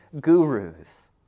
gurus